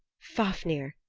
fafnir,